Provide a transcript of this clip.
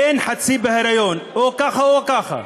אין חצי בהיריון, או ככה או ככה.